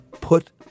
put